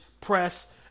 press